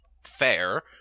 Fair